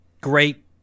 great